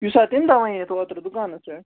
یُس ہہ تٔمۍ دۄہ وَنیتھ اوترٕ دُکانَس پٮ۪ٹھ